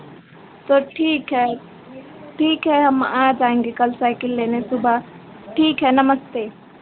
तो ठीक है ठीक है हम आ जाएंगे कल साइकिल लेने सुबह ठीक है नमस्ते